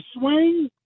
swing